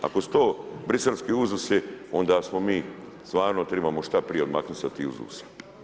Ako su to briselski uzusi, onda smo mi stvarno tribamo što prije odmaknut se od tih uzusa.